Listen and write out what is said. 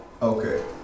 Okay